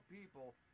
people